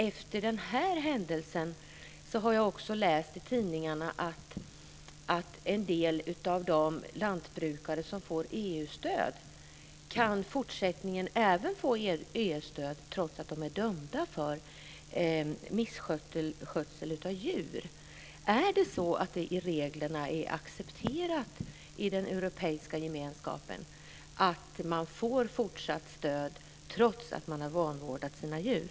Efter den här händelsen har jag läst i tidningarna att en del av de lantbrukare som får EU stöd kan få det stödet i fortsättningen, trots att de är dömda för misskötsel av djur. Är det accepterat i reglerna i den europeiska gemenskapen att man får fortsatt stöd trots att man har vanvårdat sina djur?